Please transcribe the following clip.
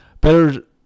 better